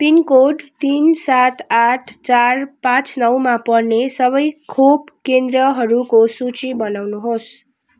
pin code तिन सात आठ चार पाँच नौमा पर्ने सबै खोप केन्द्रहरूको सूची बनाउनुहोस्